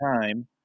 time